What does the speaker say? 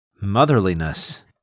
motherliness